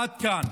עד כאן,